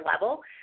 level